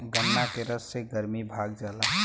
गन्ना के रस से गरमी भाग जाला